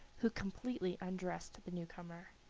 who completely undressed the new-comer.